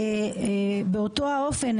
באותו האופן,